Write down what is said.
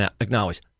acknowledge